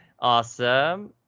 Awesome